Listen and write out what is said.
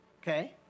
okay